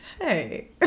hey